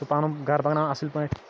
سُہ پَنُن گَرٕ بَنان اَصٕل پٲٹھۍ